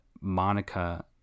Monica